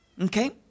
Okay